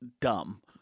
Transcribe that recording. dumb